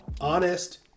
honest